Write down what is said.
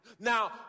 Now